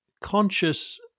conscious